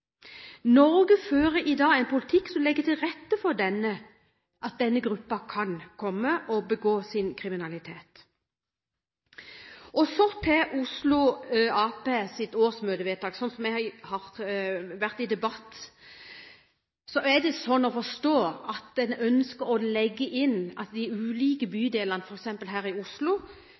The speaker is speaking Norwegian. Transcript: Norge fører i dag en politikk som legger til rette for at denne gruppen kan komme og begå kriminalitet. Så til Oslo Arbeiderpartis årsmøtevedtak, som det har vært en debatt om. Det er slik å forstå at en ønsker å dele inn de ulike bydelene her i Oslo,